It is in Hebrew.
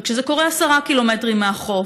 וכשזה קורה 10 קילומטרים מהחוף,